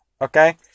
Okay